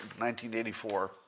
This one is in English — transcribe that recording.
1984